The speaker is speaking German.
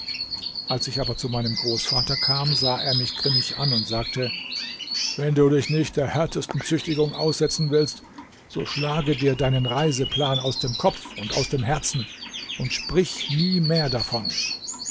als ich aber zu meinem großvater kam sah er mich grimmig an und sagte wenn du dich nicht der härtesten züchtigung aussetzen willst so schlage dir deinen reiseplan aus dem kopf und aus dem herzen und sprich nie mehr davon